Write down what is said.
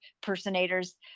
personators